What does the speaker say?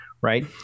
right